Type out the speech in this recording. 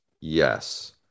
Yes